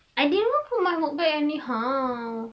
I didn't put my own bag anyhow